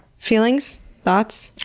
feelings, thoughts?